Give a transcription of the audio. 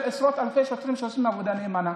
עשרות אלפי שוטרים שעושים עבודה נאמנה.